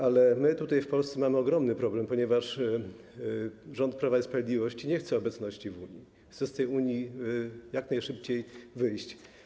Ale my tutaj w Polsce mamy ogromny problem, ponieważ rząd Prawa i Sprawiedliwości nie chce obecności w Unii, chce z tej Unii jak najszybciej wyjść.